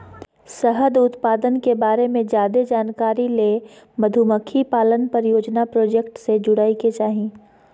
शहद उत्पादन के बारे मे ज्यादे जानकारी ले मधुमक्खी पालन परियोजना प्रोजेक्ट से जुड़य के चाही